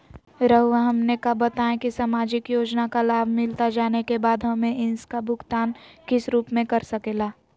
रहुआ हमने का बताएं की समाजिक योजना का लाभ मिलता जाने के बाद हमें इसका भुगतान किस रूप में कर सके ला?